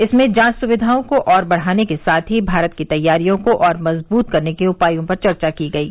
इसमें जांच सुविधाओं को और बढ़ाने के साथ ही भारत की तैयारियों को और मजबूत करने के उपायो पर चर्चा की गयी